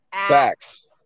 Facts